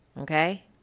okay